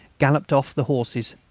galloped off the horses.